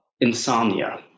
insomnia